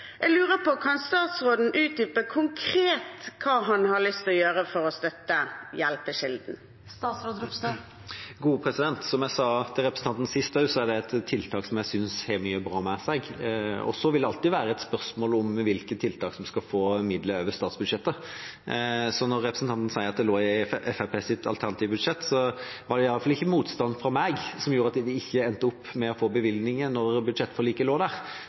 Jeg lurer på: Kan statsråden utdype konkret hva han har lyst til å gjøre for å støtte Hjelpekilden? Som jeg sa til representanten sist også, er det et tiltak som jeg synes har mye bra ved seg. Så vil det alltid være et spørsmål om hvilke tiltak som skal få midler over statsbudsjettet. Når representanten sier at det lå inne i Fremskrittspartiets alternative budsjett, var det iallfall ikke motstand fra meg som gjorde at de ikke endte med å få bevilgninger da budsjettforliket lå der.